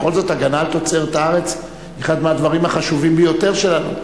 בכל זאת הגנה על תוצרת הארץ היא אחד מהדברים החשובים ביותר שלנו.